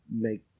make